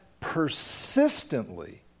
persistently